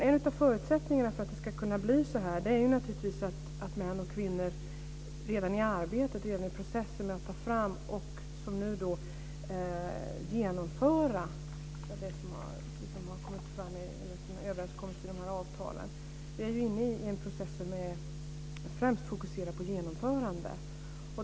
En av förutsättningarna för att det ska kunna bli så här är naturligtvis att det blir en process med män och kvinnor redan i arbetet, redan i processen med att ta fram och genomföra det som har överenskommits i avtalen, som främst är fokuserad på genomförande.